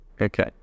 okay